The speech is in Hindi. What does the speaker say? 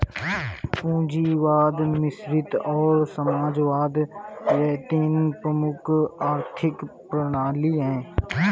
पूंजीवाद मिश्रित और समाजवाद यह तीन प्रमुख आर्थिक प्रणाली है